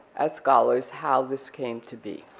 as scholars, how this came to be.